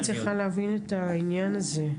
אני לא מצליחה להבין את העניין הזה.